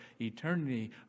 eternity